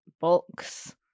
box